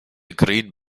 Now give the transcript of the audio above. green